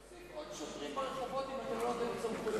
איך תוסיף עוד שוטרים ברחובות אם אתה לא נותן עוד סמכויות?